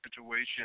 situation